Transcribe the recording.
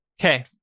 Okay